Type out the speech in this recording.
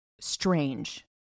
strange